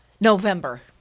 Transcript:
November